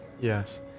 Yes